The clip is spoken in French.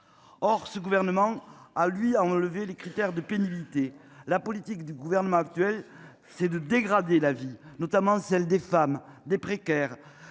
Or, ce gouvernement a lui a enlevé les critères de pénibilité. La politique du gouvernement actuel ces de dégrader la vie, notamment celle des femmes, des précaires,